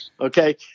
Okay